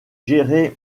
géré